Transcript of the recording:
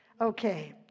Okay